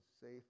safe